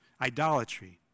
idolatry